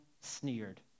sneered